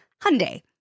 Hyundai